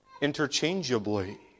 interchangeably